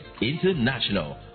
International